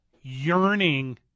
yearning